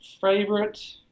favorite